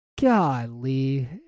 golly